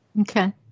Okay